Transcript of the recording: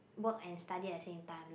work and study at the same time like